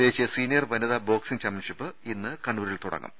ദേശീയ സീനിയർ വനിതാ boxing championship ഇന്ന് കണ്ണൂരിൽ തുടങ്ങും